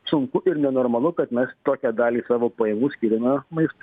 sunku ir nenormalu kad mes tokią dalį savo pajamų skiriame maistui